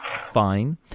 fine